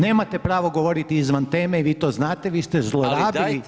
Nemate pravo govoriti izvan teme i vi to znate, vi ste zlorabili,